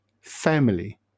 family